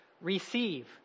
receive